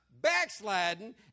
backsliding